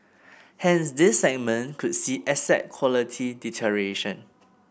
hence this segment could see asset quality deterioration